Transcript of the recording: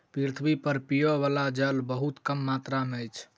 पृथ्वी पर पीबअ बला जल बहुत कम मात्रा में अछि